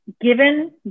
given